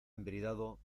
embridado